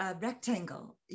rectangle